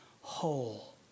whole